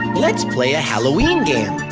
let's play a halloween game.